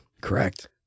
Correct